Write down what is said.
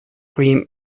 cream